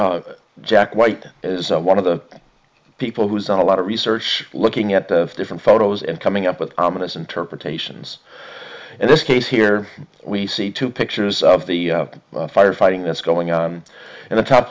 than jack white is one of the people who's done a lot of research looking at different photos and coming up with ominous interpretations and this case here we see two pictures of the fire fighting that's going on and the top